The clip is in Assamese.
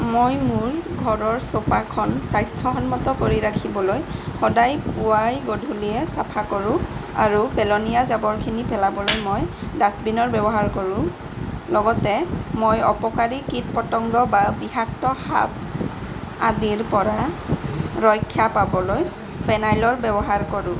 মই মোৰ ঘৰৰ চৌপাশখন স্বাস্থ্যসন্মত কৰি ৰাখিবলৈ সদায় পুৱাই গধূলিয়ে চাফা কৰোঁ আৰু পেলনীয়া জাবৰখিনি পেলাবলৈ মই ডাষ্টবিনৰ ব্যৱহাৰ কৰোঁ লগতে মই অপকাৰী কীট পতংগ বা বিষাক্ত সাপ আদিৰ পৰা ৰক্ষা পাবলৈ ফেনাইলৰ ব্যৱহাৰ কৰোঁ